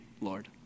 Lord